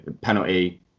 penalty